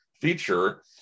feature